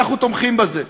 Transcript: אנחנו תומכים בזה.